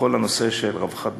בכל הנושא של רווחת בעלי-חיים,